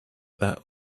that